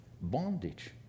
bondage